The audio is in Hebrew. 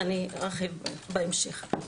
ואני ארחיב בהמשך.